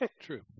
True